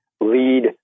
lead